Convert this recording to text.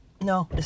No